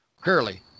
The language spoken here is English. Curly